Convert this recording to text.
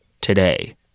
today